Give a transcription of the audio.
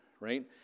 right